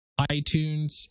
iTunes